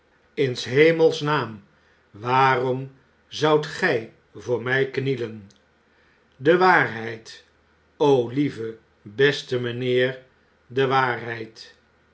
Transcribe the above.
in s hemels naam waarom zoudt gij voor mij knielen de waarheid lieve beste mijnheer de waarheid